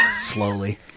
slowly